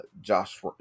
Josh